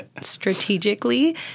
strategically